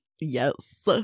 Yes